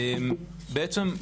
בעצם,